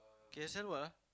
K_S_L what ah